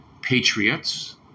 Patriots